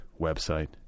website